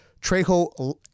Trejo